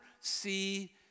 see